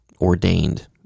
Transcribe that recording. ordained